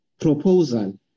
proposal